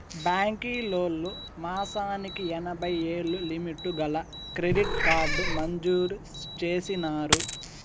బాంకీలోల్లు మాసానికి ఎనభైయ్యేలు లిమిటు గల క్రెడిట్ కార్డు మంజూరు చేసినారు